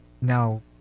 Now